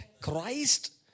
Christ